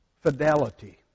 Fidelity